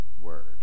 word